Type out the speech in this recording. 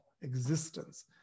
existence